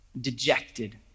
dejected